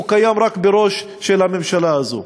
הוא קיים רק בראש של הממשלה הזאת.